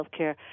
Healthcare